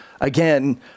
again